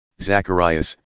Zacharias